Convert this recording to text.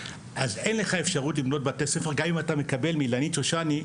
אין לך אפשרות לבנות בתי ספר גם אם אתה מקבל מאילנית שושני,